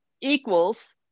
equals